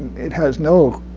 it has no